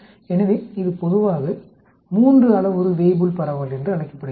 எனவே பொதுவாக இது மூன்று அளவுரு வேய்புல் பரவல் என்று அழைக்கப்படுகிறது